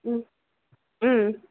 ம் ம்